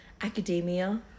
academia